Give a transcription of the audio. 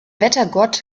wettergott